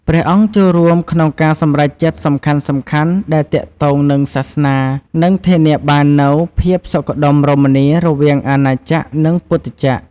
ព្រះអង្គចូលរួមក្នុងការសម្រេចចិត្តសំខាន់ៗដែលទាក់ទងនឹងសាសនា និងធានាបាននូវ ភាពសុខដុមរមនារវាងអាណាចក្រ និងពុទ្ធចក្រ។